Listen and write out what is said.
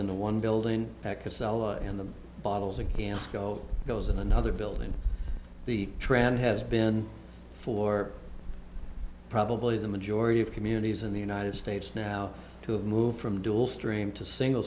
into one building casella in the bottles and cans go goes in another building the trend has been for probably the majority of communities in the united states now to have moved from dual stream to single